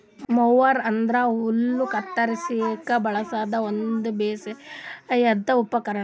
mower ಅಂದ್ರ ಹುಲ್ಲ್ ಕತ್ತರಸ್ಲಿಕ್ ಬಳಸದ್ ಒಂದ್ ಬೇಸಾಯದ್ ಉಪಕರ್ಣ್